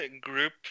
group